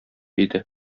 иде